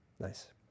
nice